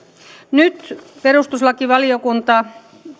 nyt perustuslakivaliokunta